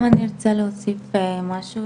גם אני רוצה להוסיף משהו,